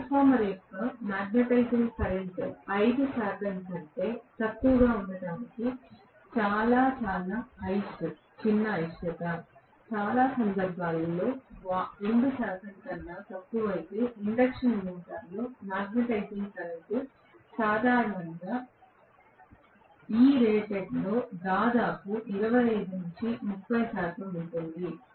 transformer యొక్క magnetising current 5 శాతం కంటే తక్కువగా ఉండటానికి చాలా చాలా చిన్న అయిష్టత చాలా సందర్భాలలో 2 శాతం కన్నా తక్కువ అయితే ఇండక్షన్ మోటారులో మాగ్నెటైజింగ్ కరెంట్ సాధారణంగా ఇరేటెడ్లో దాదాపు 25 నుండి 30 శాతం ఉంటుంది